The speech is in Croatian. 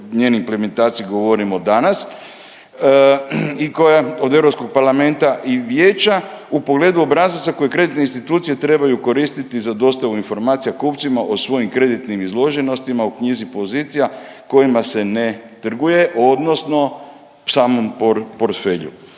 njenoj implementaciji govorimo danas, i koja od Europskog parlamenta i Vijeća u pogledu obrazaca koje kreditne institucije trebaju koristiti za dostavu informacija kupcima o svojim kreditnim izloženostima u knjizi pozicija kojima se ne trguje, odnosno samom portfelju.